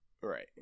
Right